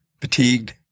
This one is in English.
Fatigued